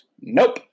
Nope